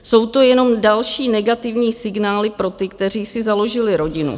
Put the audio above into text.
Jsou to jenom další negativní signály pro ty, kteří si založili rodinu.